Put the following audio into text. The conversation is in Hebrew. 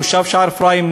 תושב שער-אפרים,